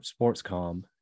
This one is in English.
Sportscom